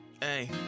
Hey